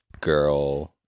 girl